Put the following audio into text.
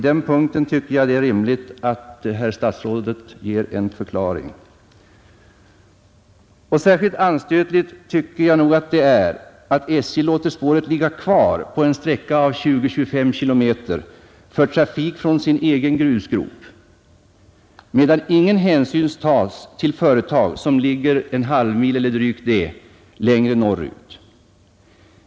Jag tycker att det är rimligt att herr kommunikationsministern ger en förklaring på detta. Särskilt anstötligt tycker jag det är att SJ låter spåret vara kvar på en sträcka av 20—25 km för trafik från sin egen grusgrop, medan ingen hänsyn tas till företag som ligger en halvmil eller drygt det längre norrut.